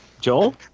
Joel